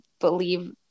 believe